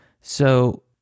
So-